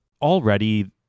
already